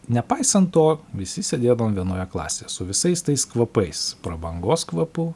nepaisant to visi sėdėdavom vienoje klasėje su visais tais kvapais prabangos kvapu